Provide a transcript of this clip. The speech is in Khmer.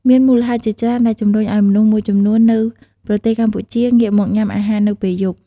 មានមូលហេតុជាច្រើនដែលជំរុញឲ្យមនុស្សមួយចំនួននៅប្រទេសកម្ពុជា ងាកមកញ៉ាំអាហារនៅពេលយប់។